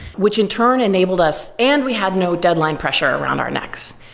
which in turn, enabled us and we had no deadline pressure around our necks.